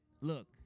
look